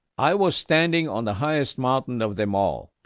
i was standing on the highest mountain of them all,